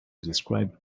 describe